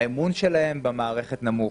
האמון שלהם במערכת נמוך.